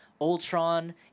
Ultron